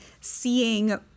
seeing